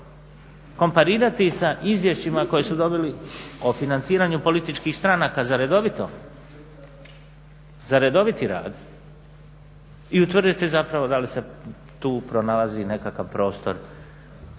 komparirati ih sa izvješćima koja su dobili o financiranju političkih stranaka za redoviti rad i utvrditi zapravo da li se tu pronalazi nekakav prostor